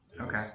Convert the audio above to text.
Okay